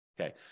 Okay